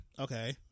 Okay